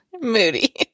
moody